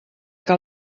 que